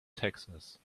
texas